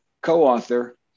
co-author